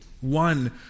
One